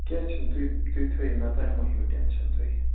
کیٚنٛہہ چھُنہٕ تُہۍ تُہۍ تھٲوِو مےٚ تانۍ مہٕ ہیٚیِو ٹٮ۪نشَن تُہۍ